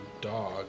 dog